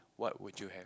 what would you have